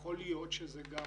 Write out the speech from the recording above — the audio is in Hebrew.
יכול להיות שזה גם